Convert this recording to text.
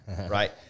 right